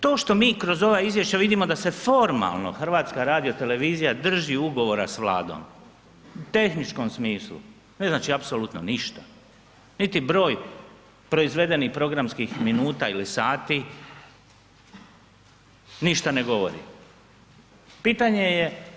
To što mi kroz ova izvješća vidimo da se formalno HRT drži ugovora s Vladom u tehničkom smislu, ne znači apsolutno ništa, niti broj proizvedenih programskih minuta ili sati ništa ne govori.